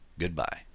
goodbye